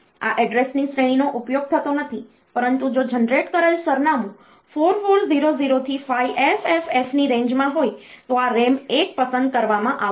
આ એડ્રેસની શ્રેણીનો ઉપયોગ થતો નથી પરંતુ જો જનરેટ કરેલ સરનામું 4400 થી 5FFF ની રેન્જમાં હોય તો આ RAM 1 પસંદ કરવામાં આવશે